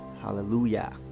Hallelujah